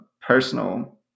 personal